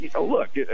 look